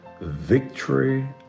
victory